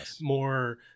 more